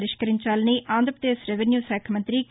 పరిష్కరించాలని ఆంధ్రపదేశ్ రెవెన్యూశాఖ మంతి కే